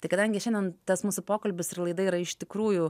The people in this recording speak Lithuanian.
tai kadangi šiandien tas mūsų pokalbis ir laida yra iš tikrųjų